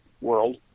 world